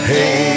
Hey